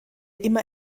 immer